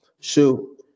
shoot